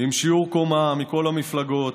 עם שיעור קומה, מכל המפלגות.